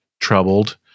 troubled